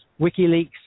WikiLeaks